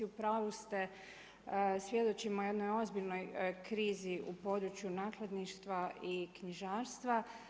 U pravu ste, svjedočimo jednoj ozbiljnoj krizi u području nakladništva i knjižarstva.